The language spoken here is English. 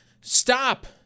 stop